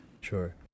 Sure